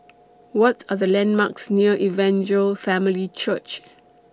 What Are The landmarks near Evangel Family Church